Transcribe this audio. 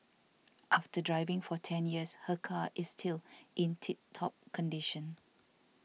after driving for ten years her car is still in tip top condition